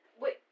Wait